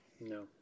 No